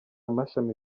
mashami